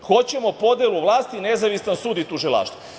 Hoćemo podelu vlasti, nezavisan sud u tužilaštvo.